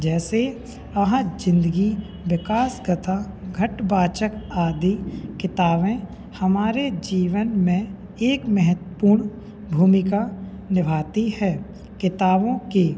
जैसे आहा ज़िंदगी विकास गथा घट बाचक आदि किताबें हमारे जीवन में एक महत्वपूण भूमिका निभाती हैं किताबों के